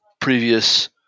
previous